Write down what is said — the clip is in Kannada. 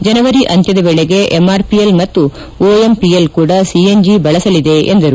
ಜನವರಿ ಅಂತ್ಯದ ವೇಳೆಗೆ ಎಂಆರ್ಪಿಎಲ್ ಮತ್ತು ಒಎಂಪಿಎಲ್ ಕೂಡ ಸಿಎನ್ ಜಿ ಬಳಸಲಿದೆ ಎಂದರು